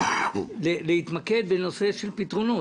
להתמקד בנושא של פתרונות,